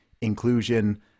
inclusion